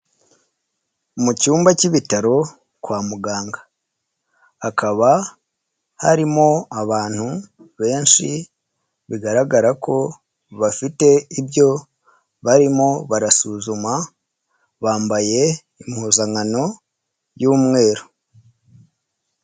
Mu cyumba k'ibitaro kwa muganga, hakaba harimo abantu benshi, bigaragara ko bafite ibyo barimo barasuzuma, bambaye impuzankano y'mweru.